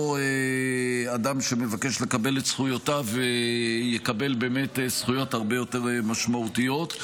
אותו אדם שמבקש לקבל את זכויותיו יקבל באמת זכויות הרבה יותר משמעותיות.